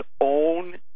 own